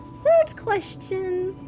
third question,